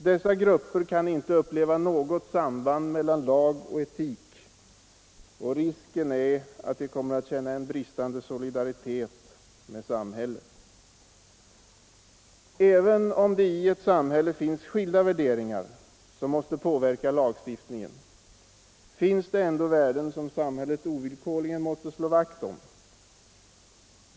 Dessa grupper kan inte uppleva något samband mellan lag och etik, och risken är att de kommer att känna bristande solidaritet med samhället. Även om det i ett samhälle förekommer skilda värderingar som måste påverka lagstiftningen finns det ändå värden som samhället ovillkorligen måste slå vakt om.